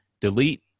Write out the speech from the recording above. delete